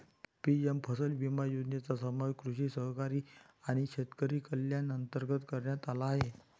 PM फसल विमा योजनेचा समावेश कृषी सहकारी आणि शेतकरी कल्याण अंतर्गत करण्यात आला आहे